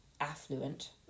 affluent